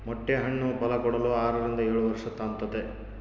ಮೊಟ್ಟೆ ಹಣ್ಣು ಫಲಕೊಡಲು ಆರರಿಂದ ಏಳುವರ್ಷ ತಾಂಬ್ತತೆ